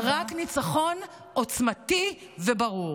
רק ניצחון עוצמתי וברור.